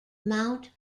mount